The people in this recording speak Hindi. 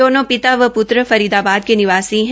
दोनों पिता व प्त्र फरीदाबाद के निवासी है